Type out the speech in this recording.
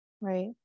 Right